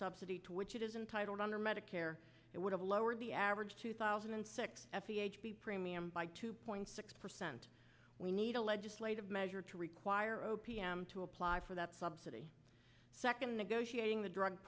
subsidy to which it is entitled under medicare it would have lowered the average two thousand and six premium by two point six percent we need a legislative measure to require o p m to apply for that subsidy second negotiating the drug